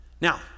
now